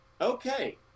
Okay